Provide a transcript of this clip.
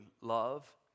love